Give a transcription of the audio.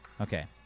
Okay